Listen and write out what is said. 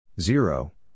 Zero